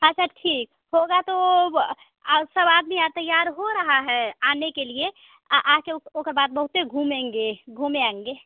अच्छा ठीक होगा तो ब और सब आदमी आर तैयार हो रहा है आने के लिए आ आ कर आ कर बाद बहुते घूमेंगे घूमे आएँगे